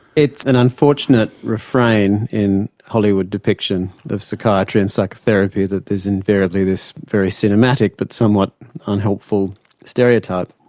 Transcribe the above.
it's an unfortunate refrain in hollywood depiction of psychiatry and psychotherapy that there's invariably this very cinematic but somewhat unhelpful stereotype.